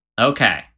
Okay